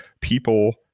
people